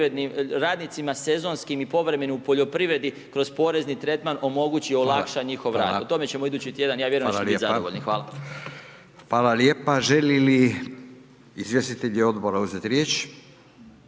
radnicima sezonskim i povremenim u poljoprivredi kroz porezni tretman omogući i olakša njihov rad. O tome ćemo idući tjedan, ja vjerujem da ćete biti zadovoljni. Hvala. **Radin, Furio (Nezavisni)** Hvala lijepa. Želi li izvjestitelji odbora uzeti riječ?